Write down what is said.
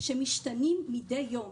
שמשתנים מדי יום.